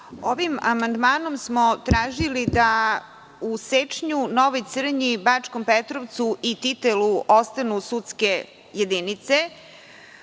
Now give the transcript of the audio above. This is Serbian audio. Ovim amandmanom smo tražili da u Sečnju, Novoj Crnji i Bačkom Petrovcu i Titelu ostanu sudske jedinice.